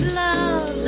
love